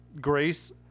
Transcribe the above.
Grace